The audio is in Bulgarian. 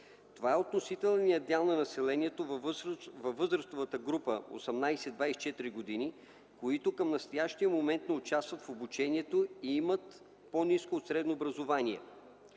„Това е относителният дял на населението във възрастовата група 18-24 години, които към настоящия момент не участват в обучението и имат по-ниско от средно образование.”